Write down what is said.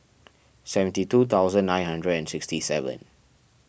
seventy two thousand nine hundred and sixty seven